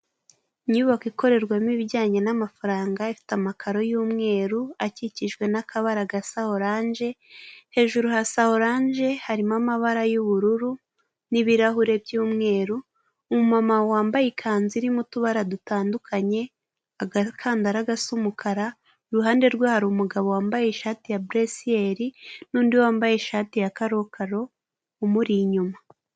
Inyubako ikorerwamo ibijyanye n'amafaranga, ifite amakaro y'umweru akikijwe n'akabara gasa oranje, hejuru ya so oranje, harimo amabara y'ubururu n'ibirahure by'umweru, umumama wambaye ikanzu iririmo utubara dutandukanye, agakandararaga gasa umukara, iruhande rwe hari umugabo wambaye ishati ya buresiyeri, n'undi wambaye ishati ya karokaro umuri inyuma.